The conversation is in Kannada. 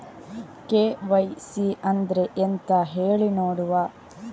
ಕೆ.ವೈ.ಸಿ ಅಂದ್ರೆ ಎಂತ ಹೇಳಿ ನೋಡುವ?